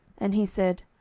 and he said,